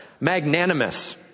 Magnanimous